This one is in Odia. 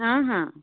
ହଁ ହଁ